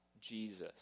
Jesus